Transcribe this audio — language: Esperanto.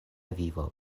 vivo